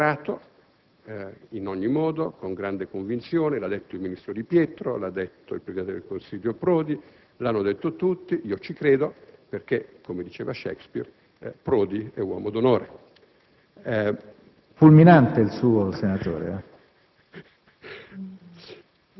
Il Governo Prodi, invece, vuole la ferrovia Lione-Torino, lo ha dichiarato in ogni modo, con grande convinzione - lo ha detto il ministro Di Pietro, lo ha detto il presidente del Consiglio Prodi, lo hanno detto tutti - e io ci credo perché, come diceva Shakespeare, Prodi è uomo d'onore.